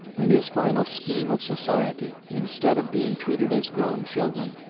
in his final scheme of society, instead of being treated as grown children,